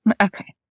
okay